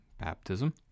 baptism